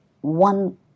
one